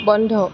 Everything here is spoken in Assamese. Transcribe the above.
বন্ধ